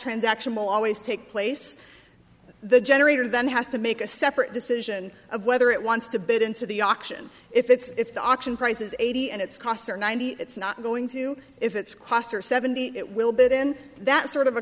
transaction will always take place the generator then has to make a separate decision of whether it wants to bit into the auction if it's if the auction price is eighty and its costs are ninety it's not going to if it's costs or seventy it will bid in that sort of a